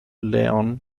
laon